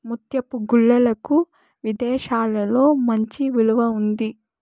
ముత్యపు గుల్లలకు విదేశాలలో మంచి విలువ ఉంది